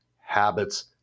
habits